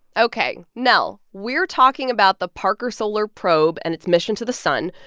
ok. nell, we're talking about the parker solar probe and its mission to the sun.